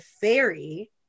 fairy